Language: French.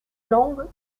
langues